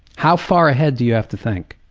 how far ahead do you have to think?